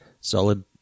solid